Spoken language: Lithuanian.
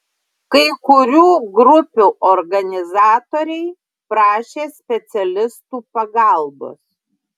kai kurių grupių organizatoriai prašė specialistų pagalbos